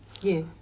Yes